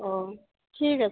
ও ঠিক আছে